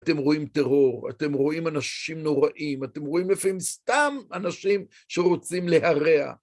אתם רואים טרור, אתם רואים אנשים נוראים, אתם רואים לפעמים סתם אנשים שרוצים להרע.